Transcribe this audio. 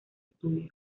estudio